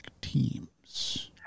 teams